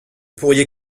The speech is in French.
pourriez